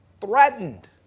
threatened